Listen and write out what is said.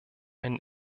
einen